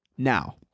Now